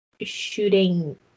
shooting